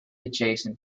adjacent